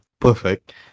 perfect